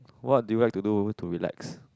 what do you like to do to relax